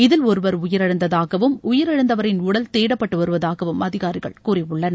இதில் ஒருவர் உயிரிழந்ததாகவும் உயிரிழந்தவரின் உடல் தேடப்பட்டு வருவதாகவும் அதிகாரிகள் கூறியுள்ளனர்